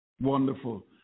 wonderful